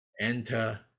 enter